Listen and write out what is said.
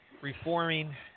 reforming